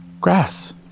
grass